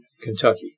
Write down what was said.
Kentucky